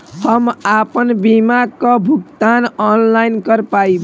हम आपन बीमा क भुगतान ऑनलाइन कर पाईब?